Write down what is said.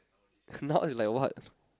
now is like what